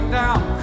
down